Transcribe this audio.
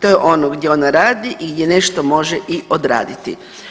To je ono gdje ona radi i gdje nešto može i odraditi.